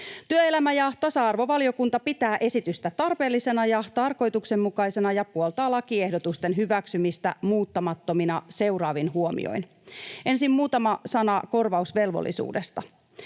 Työelämä‑ ja tasa-arvovaliokunta pitää esitystä tarpeellisena ja tarkoituksenmukaisena ja puoltaa lakiehdotusten hyväksymistä muuttamattomina seuraavin huomioin: Ensin muutama sana korvausvelvollisuudesta.